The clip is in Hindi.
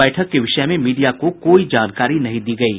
बैठक के विषय में मीडिया को कोई जानकारी नहीं दी गयी